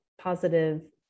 positive